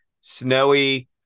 snowy